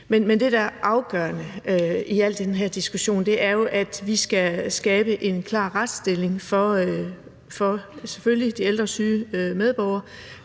Men det, der er afgørende i hele den her diskussion, er jo, at vi skal skabe en klar retsstilling – selvfølgelig for de ældre syge medborgere,